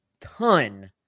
ton